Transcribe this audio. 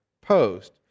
post